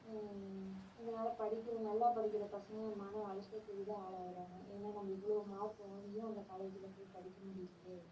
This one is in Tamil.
இதனால படிக்கிற நல்லா படிக்கிற பசங்கள் மன அழுத்தத்துக்கு தான் ஆளாகிறாங்க ஏன்னால் நம்ம இவ்வளோ மார்க் வாங்கியும் அந்த காலேஜில் போய் படிக்க முடியிலேயே